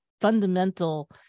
fundamental